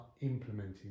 implementing